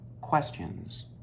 questions